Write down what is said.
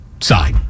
side